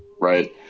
Right